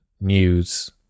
news